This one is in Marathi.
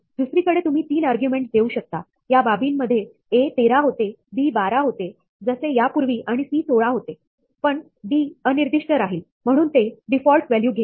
दुसरीकडे तुम्ही तीन आर्ग्युमेंटस देऊ शकता या बाबींमध्ये a 13 होते b 12 होते जसे यापूर्वी आणि c 16 होतेपण d अनिर्दिष्ट राहील म्हणून ते डिफॉल्ट व्हॅल्यू घेईल